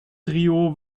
trio